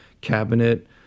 cabinet